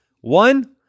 One